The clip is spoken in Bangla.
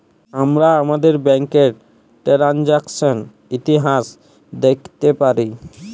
আমরা আমাদের ব্যাংকের টেরানযাকসন ইতিহাস দ্যাখতে পারি